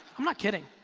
i'm not kidding.